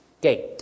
gate